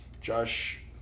Josh